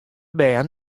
bern